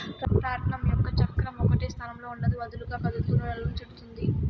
రాట్నం యొక్క చక్రం ఒకటే స్థానంలో ఉండదు, వదులుగా కదులుతూ నూలును చుట్టుతాది